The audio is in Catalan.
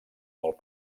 molt